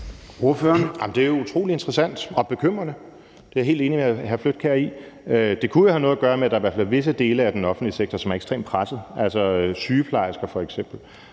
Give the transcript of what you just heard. det er utrolig interessant og bekymrende. Det er jeg helt enig med hr. Dennis Flydtkjær i. Det kunne jo have noget at gøre med, at der i hvert fald er visse dele af den offentlige sektor, hvor man er ekstremt presset, f.eks. sygeplejersker og